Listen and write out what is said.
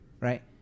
right